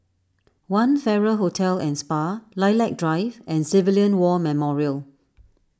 one Farrer Hotel and Spa Lilac Drive and Civilian War Memorial